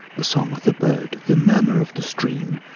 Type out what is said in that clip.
the song of the bird, the murmur of the stream,